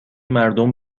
مردم